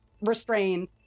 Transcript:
restrained